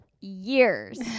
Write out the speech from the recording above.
years